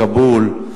כבול,